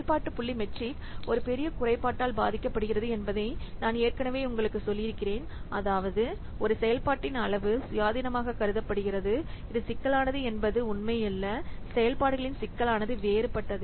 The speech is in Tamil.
செயல்பாட்டு புள்ளி மெட்ரிக் ஒரு பெரிய குறைபாட்டால் பாதிக்கப்படுகிறது என்பதை நான் ஏற்கனவே உங்களுக்குச் சொல்லியிருக்கிறேன் அதாவது ஒரு செயல்பாட்டின் அளவு சுயாதீனமாக கருதப்படுகிறது இது சிக்கலானது என்பது உண்மை அல்ல செயல்பாடுகளின் சிக்கலானது வேறுபட்டது